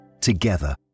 together